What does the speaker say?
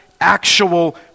actual